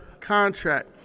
contract